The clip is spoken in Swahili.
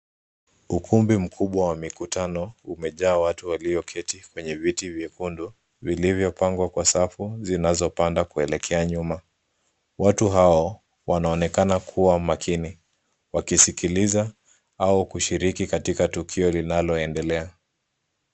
Ukumbi mkubwa wa mikutano umejaa watu walioketi kwenye viti vyekundu vilivyopangwa kwa safu zinazopanda kuelekea nyuma. Watu hao wanaonekana kuwa makini wakisikiliza au kushiriki katika tukio linaloendelea.